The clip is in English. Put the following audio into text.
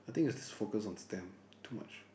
I think I just focused on stem too much